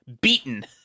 beaten